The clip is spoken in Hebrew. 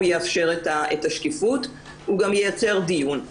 הוא יאפשר את השקיפות והוא גם ייצר דיון.